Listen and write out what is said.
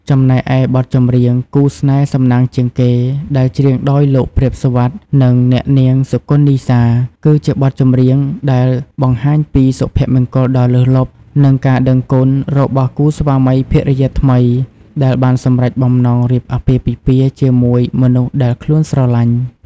ចំណែកឯបទចម្រៀង គូស្នេហ៍សំណាងជាងគេ ដែលច្រៀងដោយលោក ព្រាប សុវត្ថិ និងអ្នកនាង សុគន្ធ នីសា គឺជាបទចម្រៀងដែលបង្ហាញពី សុភមង្គលដ៏លើសលប់ និងការដឹងគុណ របស់គូស្វាមីភរិយាថ្មីដែលបានសម្រេចបំណងរៀបអាពាហ៍ពិពាហ៍ជាមួយមនុស្សដែលខ្លួនស្រឡាញ់។